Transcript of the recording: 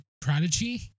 Prodigy